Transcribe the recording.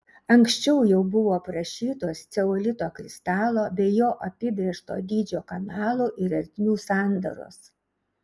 anksčiau jau buvo aprašytos ceolito kristalo bei jo apibrėžto dydžio kanalų ir ertmių sandaros